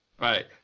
right